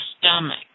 stomach